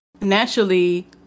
naturally